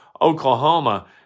Oklahoma